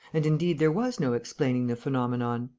and indeed there was no explaining the phenomenon.